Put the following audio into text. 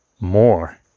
more